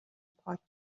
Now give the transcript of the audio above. پاک